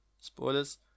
spoilers